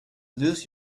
lose